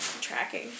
tracking